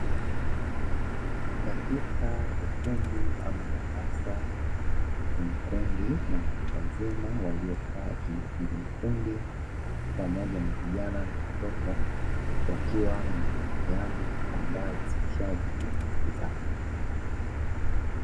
Katika ukumbi ama darasa, kuna kundi la watu wazima waliokaa kimakundi, pamoja na vijana, wakiwa wanajadiliana mambo yao.